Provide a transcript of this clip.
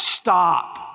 stop